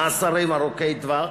מאסרים ארוכי-טווח